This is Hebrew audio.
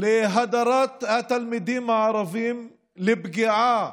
להדרת התלמידים הערבים, לפגיעה